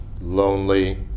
lonely